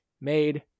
made